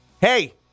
Hey